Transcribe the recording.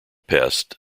pest